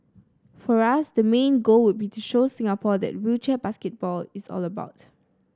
for us the main goal would be to show Singapore that wheelchair basketball is all about